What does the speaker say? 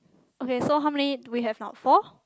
okay so how many do we have now four